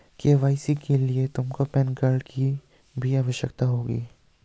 KYC के लिए तुमको पैन कार्ड की भी आवश्यकता होगी